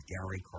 Gary